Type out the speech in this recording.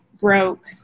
broke